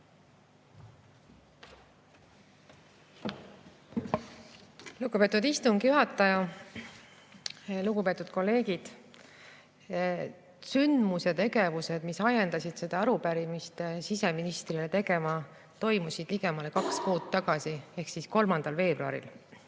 Lugupeetud istungi juhataja! Lugupeetud kolleegid! Sündmus ja tegevused, mis ajendasid seda arupärimist siseministrile tegema, toimusid ligemale kaks kuud tagasi ehk 3. veebruaril.